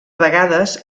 vegades